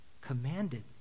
commanded